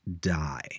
die